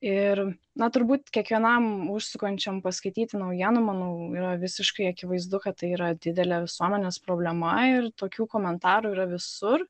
ir na turbūt kiekvienam užsukančiam paskaityti naujienų manau yra visiškai akivaizdu kad tai yra didelė visuomenės problema ir tokių komentarų yra visur